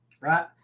right